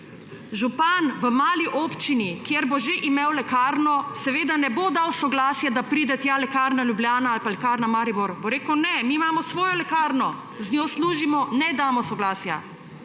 župan v mali občini, kjer bo že imel lekarno, seveda ne bo dal soglasja, da pride tja Lekarna Ljubljana ali pa Lekarna Maribor! Rekel bo: »Ne, mi imamo svojo lekarno, z njo služimo, ne damo soglasja.«